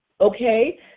Okay